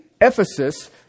Ephesus